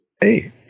Hey